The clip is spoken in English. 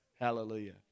Hallelujah